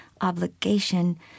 obligation